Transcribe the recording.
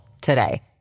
today